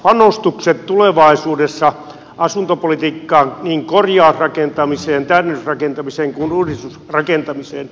panostukset tulevaisuudessa asuntopolitiikkaan niin korjausrakentamiseen täydennysrakentamiseen kuin uudistamisrakentamiseen